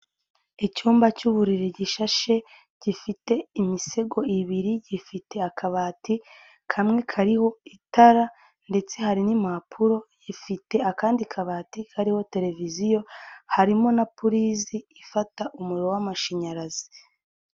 Icyumba cy'uburiri gishashe gifite imisego ibiri gifite akabati kamwe kariho itara ndetse hari n'impapuro, gifite akandi kabati kariho televiziyo harimo na purizi ifata umuriro w'amashanyarazi.